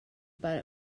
but